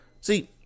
see